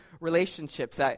relationships